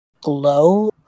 glow